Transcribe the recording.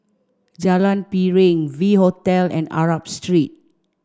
Jalan Piring V Hotel and Arab Street